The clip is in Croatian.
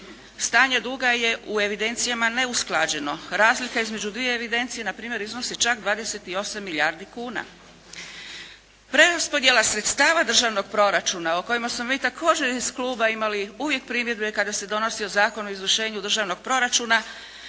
Stanje duga je u evidencijama neusklađeno. Razlika između dvije evidencije npr. iznosi čak 28 milijardi kuna. Preraspodjela sredstava državnog proračuna o kojemu smo mi također iz kluba imali uvijek primjedbe kada se donosio Zakon o izvršenju državnog proračuna